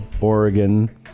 oregon